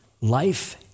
life